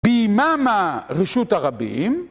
ביממה רשות הרבים